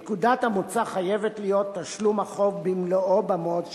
נקודת המוצא חייבת להיות תשלום החוב במלואו במועד שנקבע.